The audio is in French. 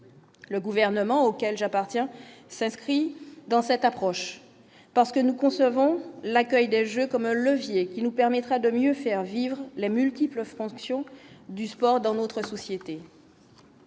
le gouvernement auquel j'appartiens, s'inscrit dans cette approche, parce que nous concevons l'accueil de jeu comme un levier qui nous permettra de mieux faire vivre les multiples fonctions du sport dans notre société.